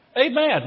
Amen